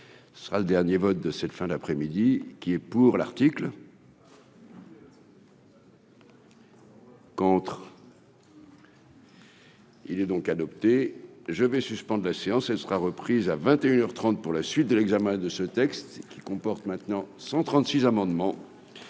ce sera le dernier vote de cette fin d'après-midi, qui est pour l'article. Contre. Il est donc adopté je vais suspendre la séance, elle sera reprise à 21 heures 30 pour la suite de l'examen de ce texte, qui comporte maintenant cent